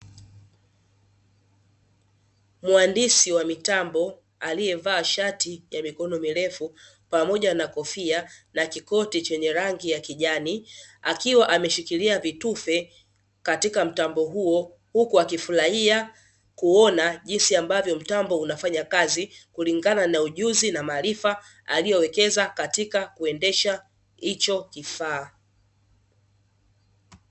Muhandishi wa mitambo aliyevaa shati ya mikono mirefu pamoja na kofia na kikoti chenye rangi ya kijani, akiwa ameshikilia vitufe katika mtambo huo huku akifurahia kuona jinsi ambavyo mtambo unafanya kazi kulingana na ujuzi na maarifa aliyowekeza katika kuendesha hicho kifaa.